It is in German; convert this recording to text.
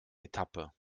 etappe